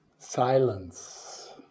silence